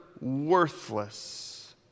worthless